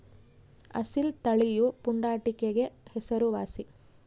ಅಸೀಲ್ ತಳಿಯು ಪುಂಡಾಟಿಕೆಗೆ ಹೆಸರುವಾಸಿ